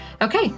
Okay